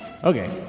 Okay